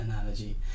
analogy